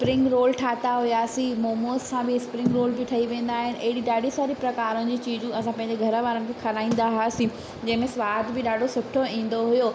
spring roll ठाहिया हुआसीं मोमोस सां बि स्प्रिंग रोल बि ठही वेंदा आहिनि एॾी ॾाढी सारी प्रकारनि जी चीजूं असां पंहिंजे घर वारनि खे खाराईंदा हुआसीं जंहिंमें सवाद बि ॾाढो सुठो ईंदो हुओ